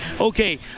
Okay